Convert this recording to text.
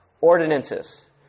ordinances